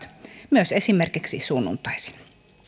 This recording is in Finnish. myös esimerkiksi sunnuntaisin